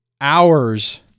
hours